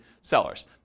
sellers